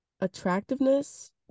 attractiveness